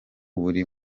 buri